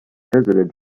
visited